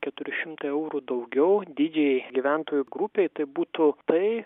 keturi šimtai eurų daugiau didžiajai gyventojų grupei tai būtų tai